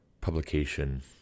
publication